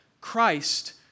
Christ